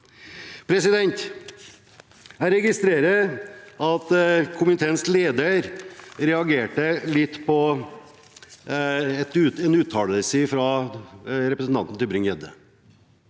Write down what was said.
prioritering. Jeg registrerer at komiteens leder reagerte litt på en uttalelse fra representanten Tybring-Gjedde.